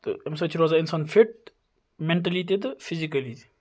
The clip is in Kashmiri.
تہٕ امہِ سۭتۍ چھ روزان اِنسان فِٹ میٚنٹلی تہِ تہٕ فِزِکلی تہِ